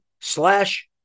slash